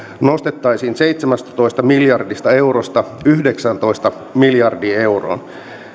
nostettaisiin seitsemästätoista miljardista eurosta yhdeksääntoista miljardiin euroon